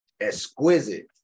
exquisite